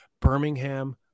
Birmingham